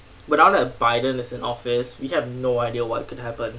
but other than biden is in office we have no idea what could happen